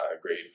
grade